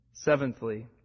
Seventhly